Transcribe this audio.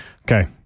okay